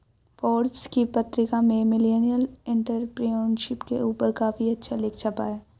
Forbes की पत्रिका में मिलेनियल एंटेरप्रेन्योरशिप के ऊपर काफी अच्छा लेख छपा है